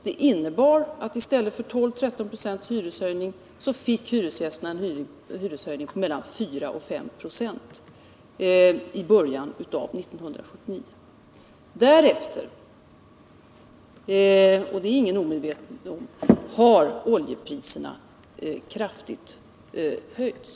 Det innebar att hyresgästerna i stället för en hyreshöjning på 12-13 96 fick en höjning på mellan 4 och 5 96 i början av 1979. Därefter har — och det är ingen omedveten om oljepriserna kraftigt höjts.